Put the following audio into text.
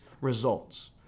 results